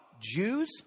Jews